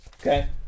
okay